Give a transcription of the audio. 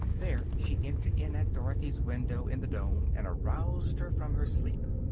there she entered in at dorothy's window in the dome and aroused her from her sleep.